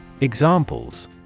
Examples